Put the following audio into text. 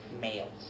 Males